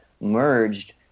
merged